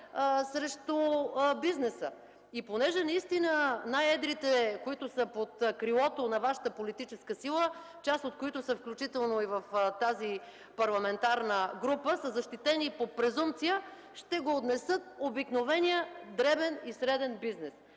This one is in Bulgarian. срещу бизнеса. Понеже наистина най-едрите, които са под крилото на Вашата политическа сила, част от които са включително и в тази парламентарна група, са защитени по презумпция, ще го отнесе обикновеният дребен и среден бизнес.